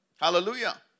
Hallelujah